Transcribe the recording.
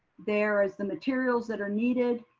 there is the materials that are needed,